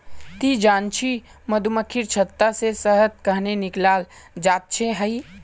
ती जानछि मधुमक्खीर छत्ता से शहद कंन्हे निकालाल जाच्छे हैय